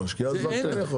משקיע זר כן.